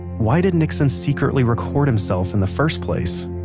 why did nixon secretly record himself in the first place?